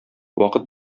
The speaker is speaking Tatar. вакыт